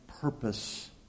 purpose